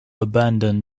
abandon